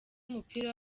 w’umupira